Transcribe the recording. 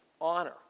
honor